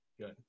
good